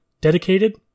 Dedicated